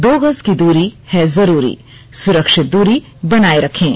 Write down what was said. दो गज की दूरी है जरूरी सुरक्षित दूरी बनाए रखें